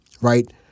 right